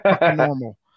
normal